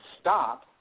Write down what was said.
stop